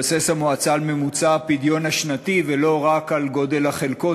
המועצה על ממוצע הפדיון השנתי ולא רק על גודל החלקות,